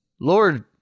Lord